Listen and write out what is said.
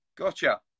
Gotcha